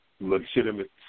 legitimate